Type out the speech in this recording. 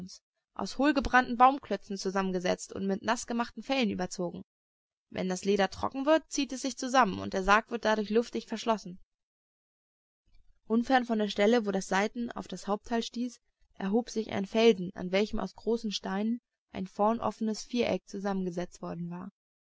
aus hohlgebrannten baumklötzen zusammengesetzt und mit naßgemachten fellen überzogen wenn das leder trocken wird zieht es sich zusammen und der sarg wird dadurch luftdicht verschlossen unfern von der stelle wo das seiten auf das haupttal stieß erhob sich ein felsen an welchem aus großen steinen ein vorn offenes viereck zusammengesetzt worden war